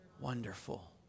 wonderful